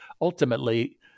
ultimately